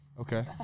Okay